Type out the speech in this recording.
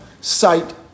sight